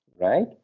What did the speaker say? right